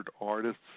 artists